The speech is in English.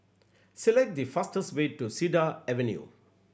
select the fastest way to Cedar Avenue